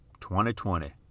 2020